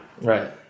Right